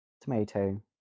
Tomato